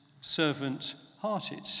servant-hearted